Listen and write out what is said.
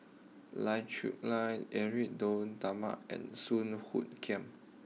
Lai Talma and Soon Hoot Kiam